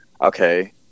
okay